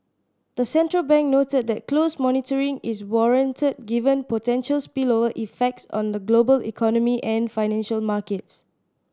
the central bank noted that close monitoring is warranted given potential spillover effects on the global economy and financial markets